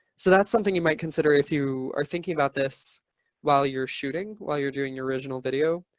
so that's something you might consider if you are thinking about this while you're shooting. while you're doing your original video